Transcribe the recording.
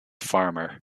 farmer